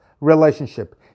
relationship